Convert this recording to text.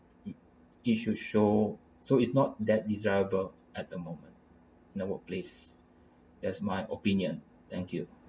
it show so it's not that desirable at the moment at the workplace that's my opinion thank you